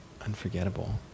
unforgettable